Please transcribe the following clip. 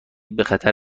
بخطر